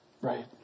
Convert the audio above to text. right